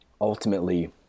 ultimately